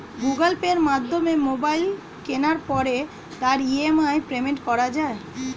Google পের মাধ্যমে mobile কেনার পরে তার ই.এম.আই কি পেমেন্ট করা যায়?